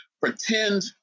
pretend